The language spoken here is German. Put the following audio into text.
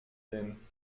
denn